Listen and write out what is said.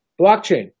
Blockchain